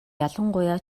ялангуяа